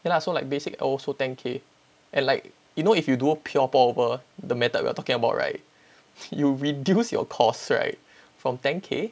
ya so like basic also ten k and like you know if you do pure pour over the method we are talking about right you reduce your cost right from ten K